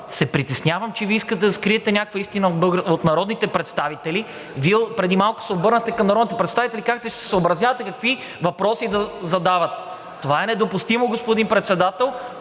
се притеснявам, че Вие искате да скриете някаква истина от народните представители. Вие преди малко се обърнахте към народните представители и казахте: ще се съобразявате какви въпроси да задавате. Това е недопустимо, господин Председател,